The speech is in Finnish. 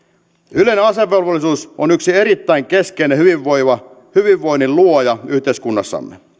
yleinen asevelvollisuus on yksi erittäin keskeinen hyvinvoinnin luoja yhteiskunnassamme